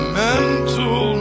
mental